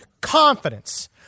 confidence